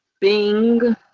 Bing